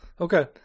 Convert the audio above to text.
Okay